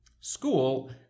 school